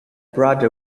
brought